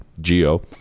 geo